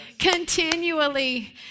continually